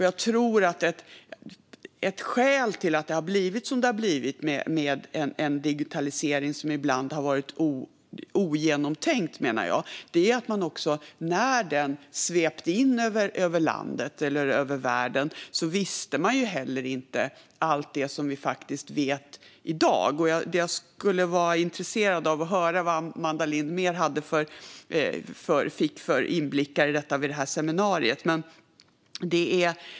Jag tror att ett skäl till att det blivit som det blivit med en digitalisering som ibland varit ogenomtänkt är att man när den svepte in över världen och över landet inte visste allt det som vi vet i dag. Jag skulle vara intresserad av att höra vad Amanda Lind fick för ytterligare inblickar i detta på det där seminariet.